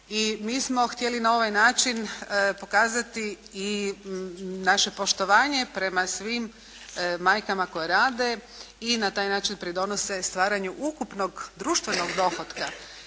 I mi smo htjeli na ovaj način pokazati i naše poštovanje prema svim majkama koje rade i na taj način pridonose stvaranju ukupnog društvenog dohotka.